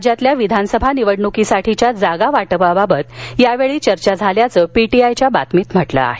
राज्यातल्या विधानसभा निवडण्कीसाठीच्या जागावाटपाबाबत यावेळी चर्चा झाल्याचं पीटीआयच्या बातमीत म्हटलं आहे